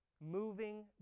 Moving